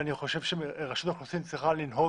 אני חושב שרשות האוכלוסין צריכה לנהוג